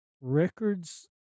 records